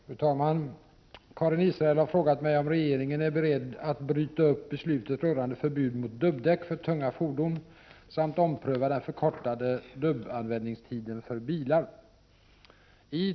Fru talman! Karin Israelsson har frågat mig om regeringen är beredd att bryta upp beslutet rörande förbud mot dubbdäck för tunga fordon samt ompröva den förkortade dubbanvändningstiden för bilar.